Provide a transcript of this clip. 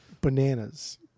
Bananas